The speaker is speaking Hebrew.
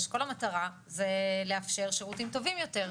כל המטרה זה לאפשר שירותים טובים יותר,